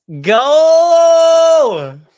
go